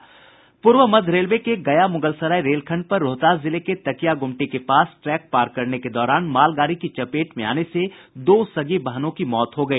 पूर्व मध्य रेलवे के गया मुगलसराय रेलखंड पर रोहतास जिले के तकिया ग्रमटी के पास ट्रैक पार करने के दौरान मालगाड़ी की चपेट में आने से दो सगी बहनों की मौत हो गई